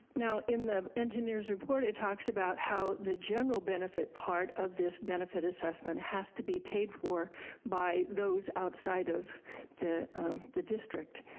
now, in the engineer's report, it talks about how the general benefit part of this benefit assessment has to be paid for by those outside of the the district.